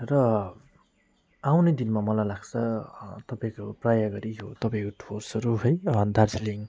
र आउने दिनमा मलाई लाग्छ तपाईँको प्रायः गरी यो तपाईँको डुवर्सहरू है दार्जिलिङ